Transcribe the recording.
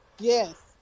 Yes